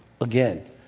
again